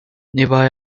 nearby